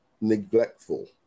neglectful